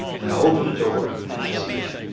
and i open the door, and i see that.